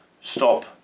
stop